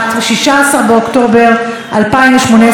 16 באוקטובר 2018,